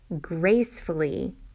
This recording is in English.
gracefully